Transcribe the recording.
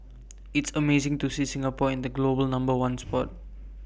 it's amazing to see Singapore in the global number one spot